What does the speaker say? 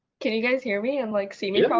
can you guys hear me and like see me but um